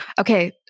Okay